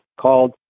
called